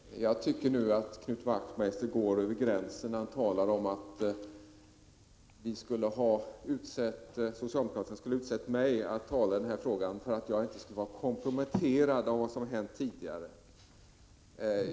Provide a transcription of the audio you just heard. Herr talman! Jag tycker att Knut Wachtmeister går över gränsen när han 21 maj 1986 talar om att socialdemokraterna skulle ha utsett mig som talesman, därför att jag inte skulle vara komprometterad av vad som hänt tidigare.